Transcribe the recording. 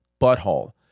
butthole